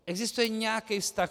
Existuje nějaký vztah?